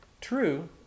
True